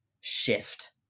shift